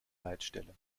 leitstelle